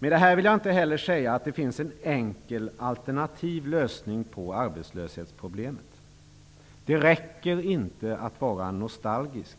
Med detta vill jag inte heller säga att det finns en enkel alternativ lösning på arbetslöshetsproblemet. Det räcker inte att vara nostalgisk,